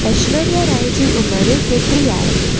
ऐश्वर्या राय जी उमिरि केतिरी आहे